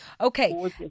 Okay